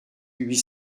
huit